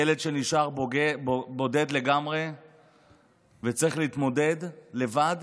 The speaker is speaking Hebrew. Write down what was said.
ילד שנשאר בודד לגמרי וצריך להתמודד לבד